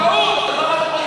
אבל זו טעות.